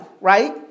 right